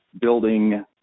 building